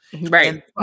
Right